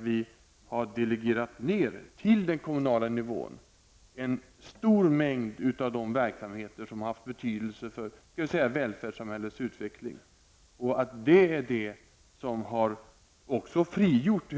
Vi har delegerat ned till den kommunala nivån en stor mängd av de verksamheter som haft betydelse för välfärdssamhällets utveckling, och det är detta som i hög grad har frigjort